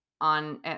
on